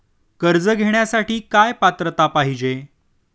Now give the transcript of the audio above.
कर्ज घेण्यासाठी काय पात्रता पाहिजे?